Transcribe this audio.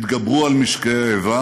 התגברו על משקעי האיבה